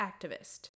activist